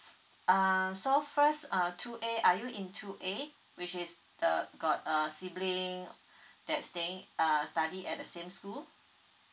ah so first uh two A are you in two A which is the got a sibling that staying uh study at the same school